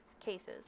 cases